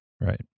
Right